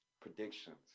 predictions